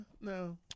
No